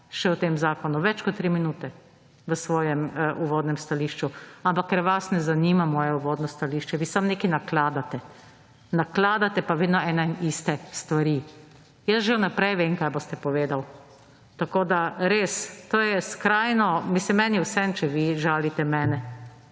še v tem zakonu, več kot tri minute v svojem uvodnem stališču. Ampak ker vas ne zanima moje uvodno stališče, vi samo nekaj nakladate. Nakladate pa vedno eno in iste stvari. Jaz že vnaprej vem kaj boste povedal. To je skrajno… Mislim, meni je vseeno če vi žalite mene,